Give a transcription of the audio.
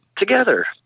Together